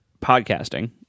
podcasting